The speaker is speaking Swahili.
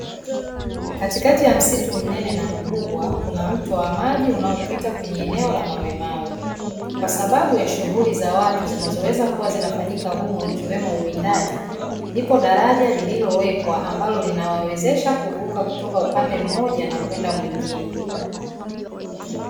Katikati ya msitu mnene na mkubwa, kuna mto wa maji unaopita kwenye eneo la mawemawe. Kwa sababu ya shughuli za watu zinazoweza kuwa zinafanyika humo ikiwemo uwindaji, lipo daraja lililowekwa ambalo linawawezesha kuvuka kutoka upande mmoja na kwenda upande mwingine.